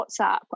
WhatsApp